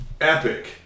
epic